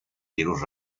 virus